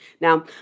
Now